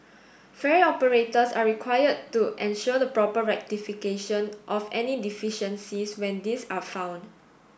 ferry operators are required to ensure the proper rectification of any deficiencies when these are found